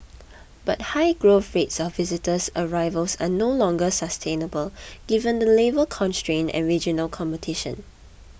but high growth rates of visitors arrivals are no longer sustainable given the labour constraints and regional competition